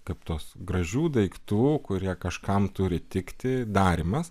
kaip tos gražių daiktų kurie kažkam turi tikti darymas